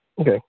okay